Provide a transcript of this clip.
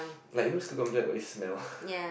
like you know school computer lab got this smell